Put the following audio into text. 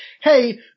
Hey